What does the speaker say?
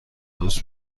عروس